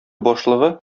башлыгы